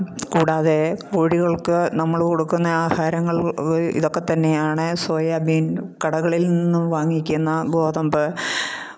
കൂടാതെ കോഴികൾക്ക് നമ്മൾ കൊടുക്കുന്ന ആഹാരങ്ങൾ ഇതൊക്കെ തന്നെയാണ് സോയാ ബീൻ കടകളിൽ നിന്നും വാങ്ങിക്കുന്ന ഗോതമ്പ്